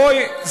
בואי,